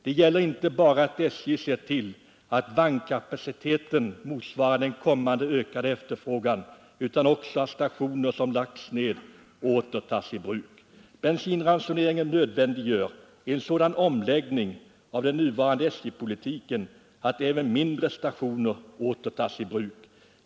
Det gäller inte bara att SJ ser till att vagnkapaciteten motsvarar den kommande ökade efterfrågan utan också att stationer som lagts ned åter tas i bruk. Bensinransoneringen nödvändiggör en sådan omläggning av den nuvarande SJ-politiken att också mindre stationer åter tas i bruk.